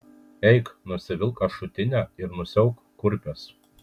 eik nusivilk ašutinę ir nusiauk kurpes